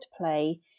play